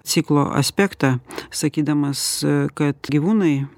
ciklo aspektą sakydamas kad gyvūnai